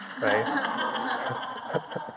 right